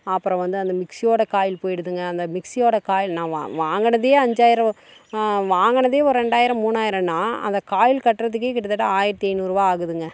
அப்புறம் வந்து அந்த மிக்ஸியோட காயில் போயிடுதுங்க அந்த மிக்ஸியோட காயில் நான் வாங்குனதே அஞ்சாயிரம் வாங்குனதே ஒரு ரெண்டாயிரம் மூணாயிரோன்னா அந்த காயில் கட்டுறதுக்கே கிட்டத்தட்ட ஆயிரத்து ஐந்நூறுரூவா ஆகுதுங்க